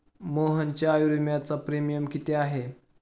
मोहनच्या आयुर्विम्याचा प्रीमियम किती आहे?